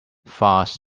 fast